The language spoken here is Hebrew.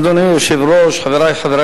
התשע"א 2011, לוועדת החוקה, חוק ומשפט